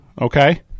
okay